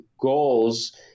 goals